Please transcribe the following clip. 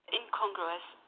incongruous